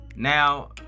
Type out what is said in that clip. Now